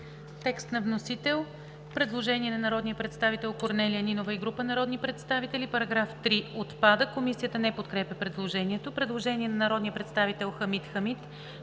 текст на вносител. Предложение на народния представител Корнелия Нинова и група народни представители: § 3 – отпада. Комисията не подкрепя предложението. Предложение на народния представител Хамид Хамид.